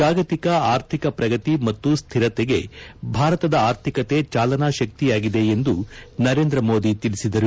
ಜಾಗತಿಕ ಆರ್ಥಿಕ ಪ್ರಗತಿ ಮತ್ತು ಸ್ಥಿರತೆಗೆ ಭಾರತದ ಆರ್ಥಿಕತೆ ಜಾಲನಾ ಶಕ್ತಿಯಾಗಿದೆ ಎಂದು ನರೇಂದ್ರ ಮೋದಿ ತಿಳಿಸಿದರು